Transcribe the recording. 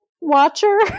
watcher